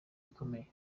ikomeye